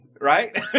right